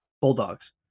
bulldogs